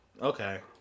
Okay